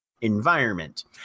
environment